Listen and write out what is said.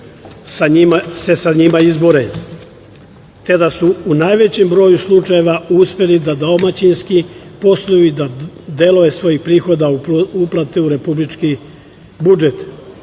sa njima se izbore, te da su u najvećem broju slučajeva uspeli da domaćinski posluju i da deo svojih prihoda uplate u republički